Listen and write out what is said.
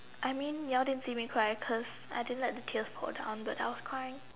I mean you all didn't see me cry cause I didn't let the tears go down but I was crying